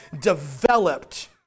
developed